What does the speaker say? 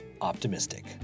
optimistic